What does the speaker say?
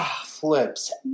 flips